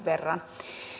verran